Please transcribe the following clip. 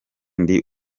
ndi